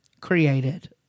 created